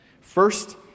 First